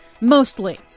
Mostly